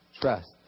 trust